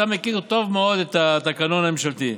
אתה מכיר טוב מאוד את התקנון הממשלתי.